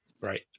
right